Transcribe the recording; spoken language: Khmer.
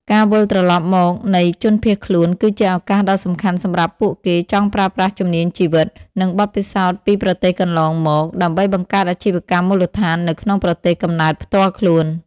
ការវិលត្រឡប់មកនៃជនភៀសខ្លួនគឺជាឱកាសដ៏សំខាន់សម្រាប់ពួកគេចង់ប្រើប្រាស់ជំនាញជីវិត និងបទពិសោធន៍ពីប្រទេសកន្លងមក ដើម្បីបង្កើតអាជីវកម្មមូលដ្ឋាននៅក្នុងប្រទេសកំណើតផ្ទាល់ខ្លួន។